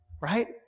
Right